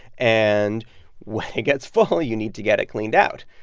and when it gets full, you need to get it cleaned out.